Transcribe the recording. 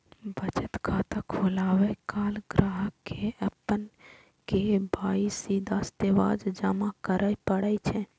बचत खाता खोलाबै काल ग्राहक कें अपन के.वाई.सी दस्तावेज जमा करय पड़ै छै